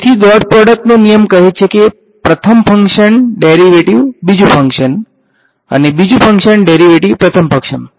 તેથી પ્રોડક્ટનો નિયમ કહે છે પ્રથમ ફંકશન ડેરિવેટિવ બીજું ફંક્શન બીજું ફંક્શન ડેરિવેટિવ પ્રથમ ફંક્શન